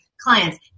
clients